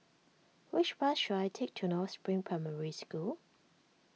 which bus should I take to North Spring Primary School